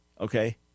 okay